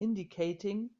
indicating